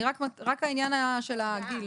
רק העניין של הגיל.